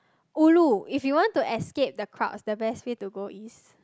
ulu if you want to escape the crowds the best place to go is